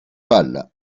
pâle